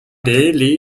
delhi